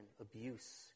abuse